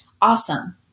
Awesome